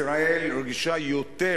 ישראל רגישה יותר